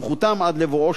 עד לבואו של שוטר.